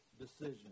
decision